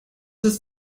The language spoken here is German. ist